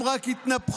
הם רק התנפחו.